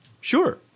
Sure